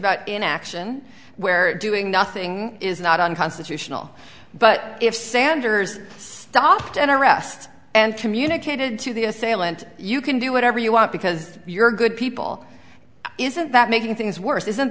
about inaction where doing nothing is not unconstitutional but if sanders stopped an arrest and communicated to the assailant you can do whatever you want because you're good people isn't that making things worse isn't